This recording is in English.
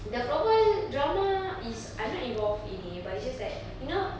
the floorball drama is I'm not involved in it but it's just that you know